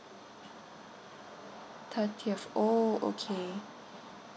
thirtieth oh okay